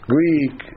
Greek